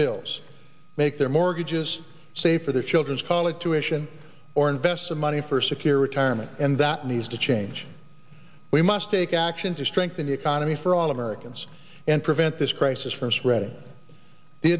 bills make their mortgages save for their children's college tuition or invest some money for a secure retirement and that needs to change we must take action to strengthen the economy for all americans and prevent this crisis from spreading the